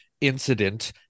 incident